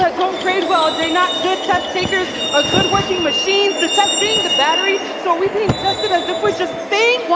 ah don't grade well. they're not good test takers, a good working machines, the test being the battery, so are we being tested as if we're just things.